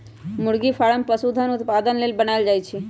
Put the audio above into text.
मुरगि फारम पशुधन उत्पादन लेल बनाएल जाय छै